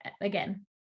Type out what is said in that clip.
again